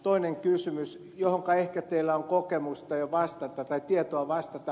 toinen kysymys johonka ehkä teillä on tietoa jo vastata